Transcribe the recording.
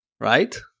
Right